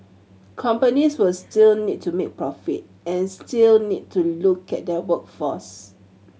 companies will still need to make profit and still need to look at their workforce